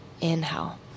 Inhale